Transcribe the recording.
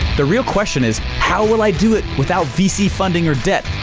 the real question is, how will i do it without vc funding or debt,